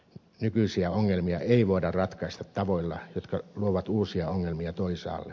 nykyisiä ongelmia ei voida ratkaista tavoilla jotka luovat uusia ongelmia toisaalle